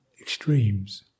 extremes